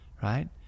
Right